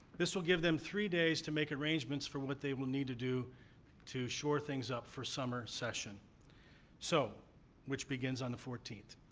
this will give them three days to make arrangements for what they will need to do to shore things up for summer session so which begins on the fourteenth.